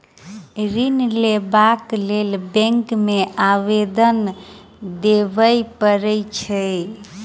ऋण लेबाक लेल बैंक मे आवेदन देबय पड़ैत छै